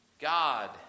God